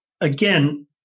Again